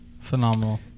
Phenomenal